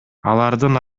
алардын